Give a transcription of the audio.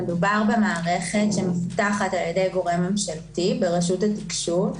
מדובר במערכת שמפותחת על-ידי גורם ממשלתי ברשות התקשוב,